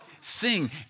Sing